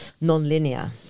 non-linear